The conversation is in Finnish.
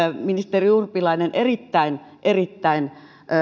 ministeri urpilainen erittäin erittäin